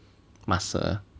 muscle